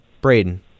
Braden